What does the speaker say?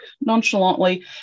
nonchalantly